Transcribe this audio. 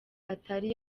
atari